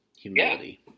Humility